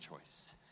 choice